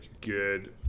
good